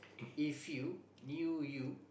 if you knew you